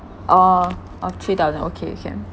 oh of three thousand okay okay